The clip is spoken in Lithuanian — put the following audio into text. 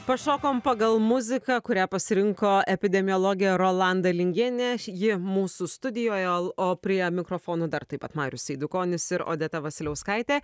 pašokom pagal muziką kurią pasirinko epidemiologė rolanda lingienė ji mūsų studijoj o o prie mikrofono dar taip pat marius eidukonis ir odeta vasiliauskaitė